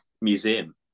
museum